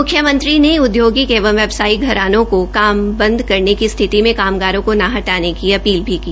उन्होंने औद्योगिक एवं व्यावसायिक घरानों को काम बंद करने की स्थिति में कामगारों को न हटाने की अपील भी की